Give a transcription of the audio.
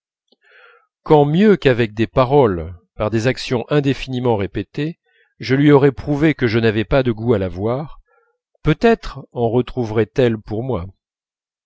quand mieux qu'avec des paroles par des actions indéfiniment répétées je lui aurais prouvé que je n'avais pas de goût à la voir peut-être en retrouverait elle pour moi